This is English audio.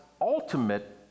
ultimate